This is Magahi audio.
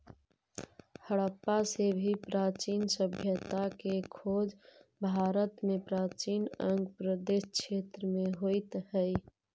हडप्पा से भी प्राचीन सभ्यता के खोज भारत में प्राचीन अंग प्रदेश क्षेत्र में होइत हई